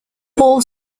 all